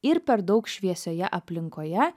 ir per daug šviesioje aplinkoje